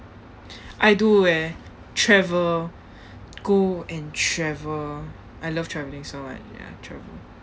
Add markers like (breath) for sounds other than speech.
(breath) I do eh travel go and travel I love travelling so like ya travel